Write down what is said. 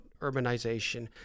urbanization